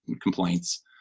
complaints